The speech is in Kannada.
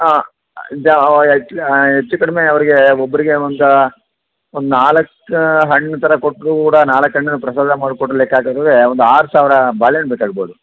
ಹಾಂ ಹೆಚ್ಚು ಕಡಿಮೆ ಅವ್ರಿಗೆ ಒಬ್ಬರಿಗೆ ಒಂದು ಒಂದು ನಾಲ್ಕು ಹಣ್ಣು ಥರ ಕೊಟ್ಟರೂ ಕೂಡ ನಾಲ್ಕು ಹಣ್ಣಿನ ಪ್ರಸಾದ ಮಾಡಿ ಲೆಕ್ಕ ಹಾಕಿದ್ರೆ ಒಂದು ಆರು ಸಾವಿರ ಬಾಳೆಹಣ್ಣು ಬೇಕಾಗ್ಬೋದು